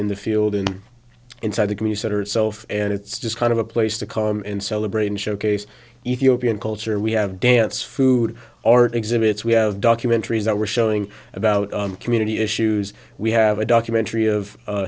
in the field and inside the green center itself and it's just kind of a place to come and celebrate and showcase ethiopian culture we have dance food art exhibits we have documentaries that we're showing about community issues we have a documentary of